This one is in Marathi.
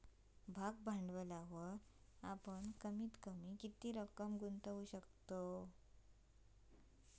भाग भांडवलावर आपण कमीत कमी किती रक्कम गुंतवू शकू?